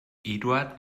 eduard